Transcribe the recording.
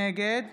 נגד